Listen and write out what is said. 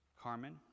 Carmen